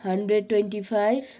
hundred twenty five